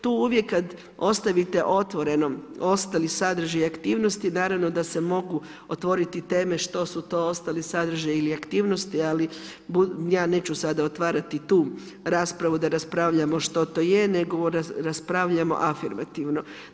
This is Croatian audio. Tu uvijek kada ostavite otvorenom ostali sadržaj i aktivnosti naravno da se mogu otvoriti teme što su to ostali sadržaji ili aktivnosti ali ja neću sada otvarati tu raspravu da raspravljamo što to je nego raspravljamo afirmativno.